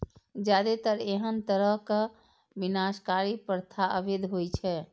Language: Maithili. जादेतर एहन तरहक विनाशकारी प्रथा अवैध होइ छै